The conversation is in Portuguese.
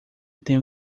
tenho